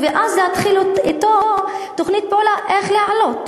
ואז להתחיל אתו תוכנית פעולה איך להעלות.